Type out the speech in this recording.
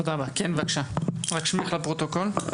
כן, בבקשה, שמך לפרוטוקול.